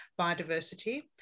biodiversity